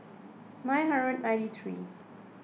nine hundred ninety three